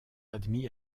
admis